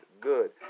good